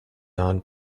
non